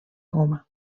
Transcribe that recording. goma